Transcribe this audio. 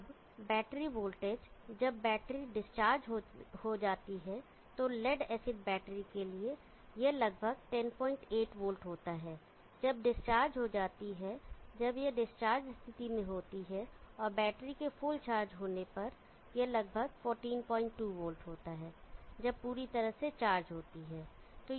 अब battery voltage जब battery discharge हो जाती है तो लेड एसिड बैटरी के लिए यह लगभग 108 वोल्ट होता है जब डिस्चार्ज हो जाती है जब यह डिस्चार्ज स्थिति में होती है और बैटरी के फुल चार्ज होने पर यह लगभग 142 वोल्ट होता है जब पूरी तरह से चार्ज होती है